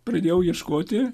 pradėjau ieškoti